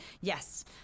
yes